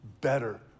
better